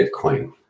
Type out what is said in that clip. Bitcoin